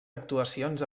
actuacions